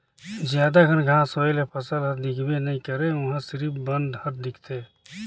जादा घन घांस होए ले फसल हर दिखबे नइ करे उहां सिरिफ बन हर दिखथे